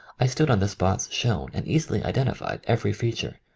i stood on the spots shown and easily identified every feature.